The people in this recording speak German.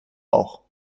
auch